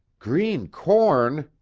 green corn!